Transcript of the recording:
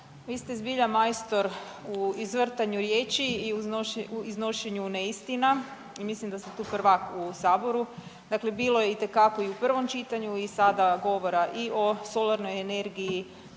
vi ste zbilja majstor u izvrtanju riječi i u iznošenju neistina i mislim da ste tu prvak u saboru. Dakle, bilo je itekako i u prvom čitanju i sada govora i o solarnoj energiji,